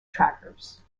trackers